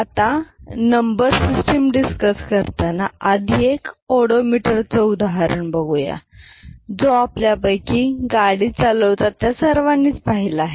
आता number system discuss करताना आधी एक ओडोमीटर चं उदाहरण बघुया जो आपल्यापैकी गाडी चालवतात त्या सर्वांनी पहिला आहे